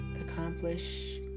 accomplish